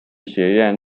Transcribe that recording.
学院